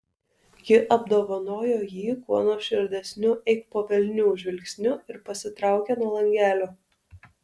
ji apdovanojo jį kuo nuoširdesniu eik po velnių žvilgsniu ir pasitraukė nuo langelio